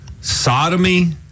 sodomy